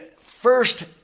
first